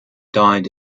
died